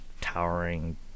towering